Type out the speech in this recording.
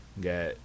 got